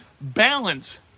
Balance